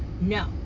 No